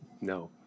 No